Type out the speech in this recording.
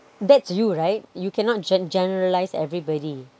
that's you right you cannot gen~ generalize everybody